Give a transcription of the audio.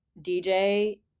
DJ